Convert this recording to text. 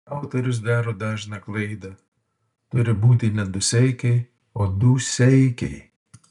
autorius daro dažną klaidą turi būti ne duseikiai o dūseikiai